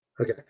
Okay